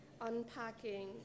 unpacking